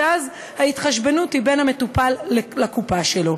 ואז ההתחשבנות היא בין המטופל לקופה שלו.